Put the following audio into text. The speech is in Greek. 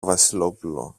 βασιλόπουλο